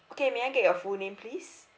okay may I get your full name please